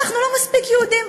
אנחנו לא מספיק יהודים,